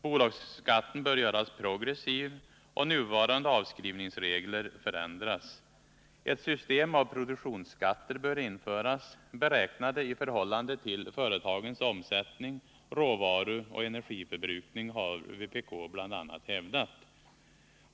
Bolagsskatten bör göras progressiv och nuvarande avskrivningsregler förändras. Ett system av produktionsskatter bör införas, beräknade i förhållande till företagens omsättning, råvaruoch energiförbrukning, har vpk bl.a. hävdat.